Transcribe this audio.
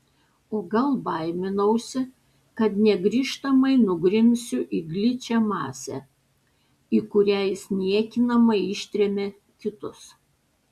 o gal baiminausi kad negrįžtamai nugrimsiu į gličią masę į kurią jis niekinamai ištrėmė kitus